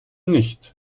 nicht